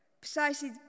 precisely